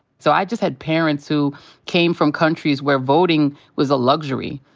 so i just had parents who came from countries where voting was a luxury.